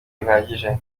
buhagije